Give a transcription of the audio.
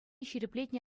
ҫирӗплетнӗ